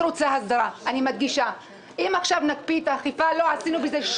אני לא רוצה שהוא יוציא אותך אז אני לא עונה לך.